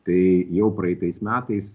tai jau praeitais metais